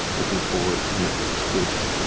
looking forward, kind of spooked,